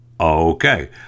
Okay